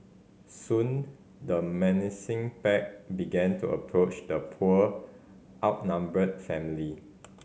soon the menacing pack began to approach the poor outnumbered family